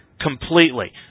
completely